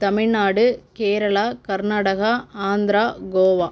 Tamil Nadu Kerala Karnataka Andhra Goa